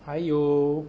还有